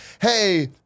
hey